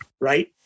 right